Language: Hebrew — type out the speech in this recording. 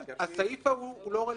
הסעיף ההוא לא רלוונטי,